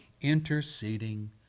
interceding